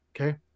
Okay